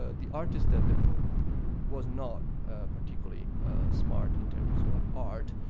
ah the artist that the pope, who was not particularly smart in terms of art,